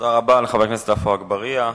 תודה רבה לחבר הכנסת עפו אגבאריה.